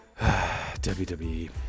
WWE